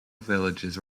villages